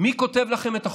מי כותב לכם את החומר,